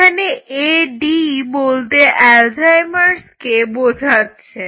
এখানে AD বলতে অ্যালজাইমার্সকে বোঝাচ্ছে